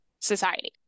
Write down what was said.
society